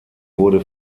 wurde